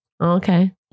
Okay